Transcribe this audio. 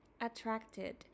attracted